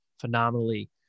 phenomenally